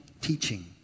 teaching